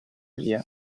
via